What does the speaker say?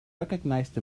recognized